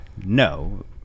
no